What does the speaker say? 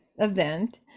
event